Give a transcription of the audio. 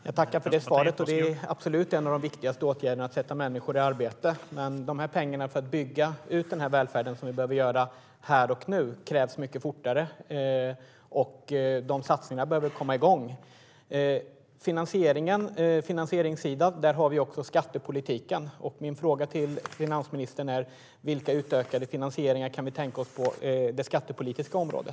Herr talman! Jag tackar för det svaret. Att sätta människor i arbete är absolut en av de viktigaste åtgärderna. Men pengarna för att bygga ut välfärden, vilket vi behöver göra här och nu, krävs mycket fortare. Satsningarna behöver komma igång. På finansieringssidan har vi också skattepolitiken. Min fråga till finansministern är vilka utökade finansieringar vi kan tänka oss på det skattepolitiska området.